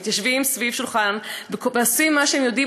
מתיישבים סביב השולחן ועושים מה שהם יודעים